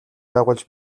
байгуулж